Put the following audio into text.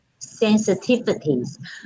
sensitivities